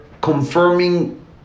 confirming